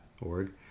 org